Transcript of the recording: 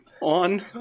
on